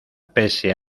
pese